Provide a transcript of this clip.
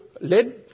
led